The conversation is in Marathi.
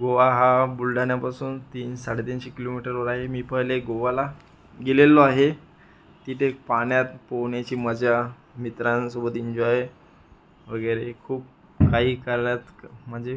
गोवा हा बुलढाण्यापासून तीन साडेतीनशे किलोमीटरवर आहे मी पहिले गोव्याला गेलेलो आहे तिथे पाण्यात पोहण्याची मजा मित्रांसोबत इन्जॉय वगैरे खूप काही कालात म्हणजे